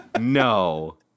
No